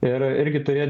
ir irgi turėjo